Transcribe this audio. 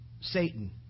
Satan